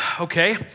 Okay